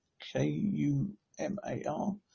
K-U-M-A-R